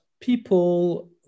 people